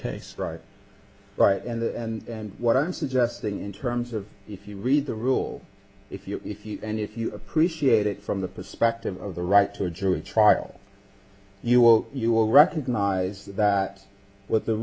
case right right and what i'm suggesting in terms of if you read the rule if you if you and if you appreciate it from the perspective of the right to a jury trial you will you will recognize that what the